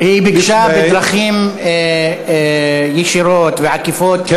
היא ביקשה בדרכים ישירות ועקיפות,